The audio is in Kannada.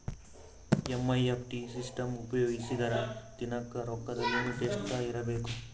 ಎನ್.ಇ.ಎಫ್.ಟಿ ಸಿಸ್ಟಮ್ ಉಪಯೋಗಿಸಿದರ ದಿನದ ರೊಕ್ಕದ ಲಿಮಿಟ್ ಎಷ್ಟ ಇರಬೇಕು?